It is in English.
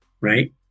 right